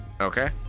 Okay